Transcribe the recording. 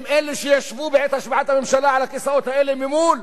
הם אלה שישבו בעת השבעת הממשלה על הכיסאות האלה ממול,